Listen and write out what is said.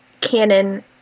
canon